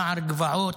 נער גבעות,